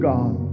God